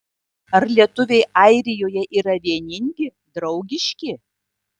ar lietuviai airijoje yra vieningi draugiški